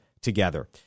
together